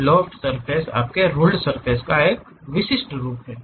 तो loft surface आपके ruled surface का एक विशिष्ट रूप है